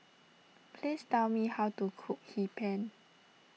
please tell me how to cook Hee Pan